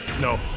No